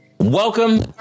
Welcome